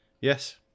Yes